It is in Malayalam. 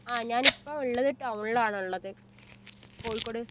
ആ ഞാൻ ഇപ്പം ഉള്ളത് ടൗണിലാണുള്ളത് കോഴിക്കോട്